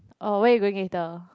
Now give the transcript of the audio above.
oh where you going later